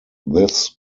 this